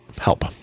Help